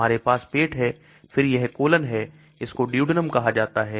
हमारे पास पेट है फिर यह colon है इसको duodenum कहा जाता है